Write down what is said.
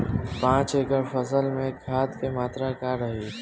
पाँच एकड़ फसल में खाद के मात्रा का रही?